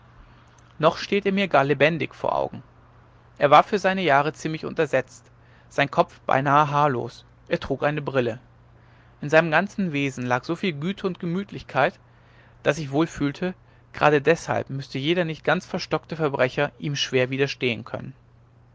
noch steht er mir gar lebendig vor augen er war für seine jahre ziemlich untersetzt sein kopf beinahe haarlos er trug eine brille in seinem ganzen wesen lag so viel güte und gemütlichkeit daß ich wohl fühlte gerade deshalb müsse jeder nicht ganz verstockte verbrecher ihm schwer widerstehen können